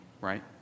right